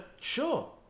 sure